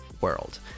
world